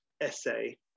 essay